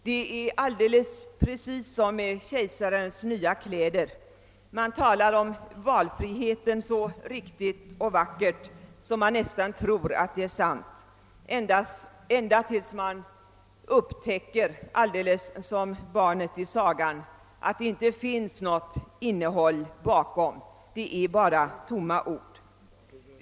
Det är precis som med kejsarens nya kläder; det talas så riktigt och vackert om valfriheten att man nästan tror att den finns ända tills man alldeles som barnet i sagan upptäcker att det inte finns någon täckning för talet — det är bara tomma ord.